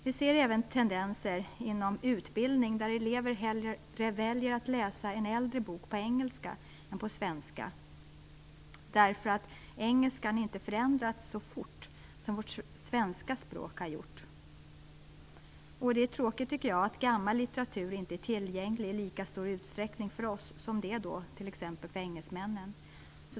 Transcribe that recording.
Vi ser även tendenser inom utbildningen, där elever hellre väljer att läsa en äldre bok på engelska än på svenska, därför att engelskan inte förändrats så fort som vårt svenska språk har gjort. Det är tråkigt att gammal litteratur inte är tillgänglig i lika stor utsträckning för oss som den är t.ex. för engelsmännen.